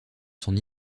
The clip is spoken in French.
son